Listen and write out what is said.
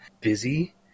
busy